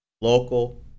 local